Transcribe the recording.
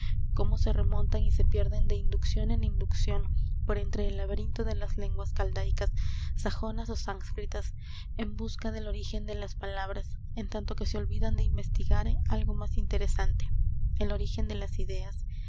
cómo se remontan y se pierden de inducción en inducción por entre el laberinto de las lenguas caldaicas sajonas ó sánscritas en busca del origen de las palabras en tanto que se olvidan de investigar algo más interesante el origen de las